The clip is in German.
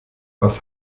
was